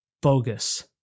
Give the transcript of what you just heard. bogus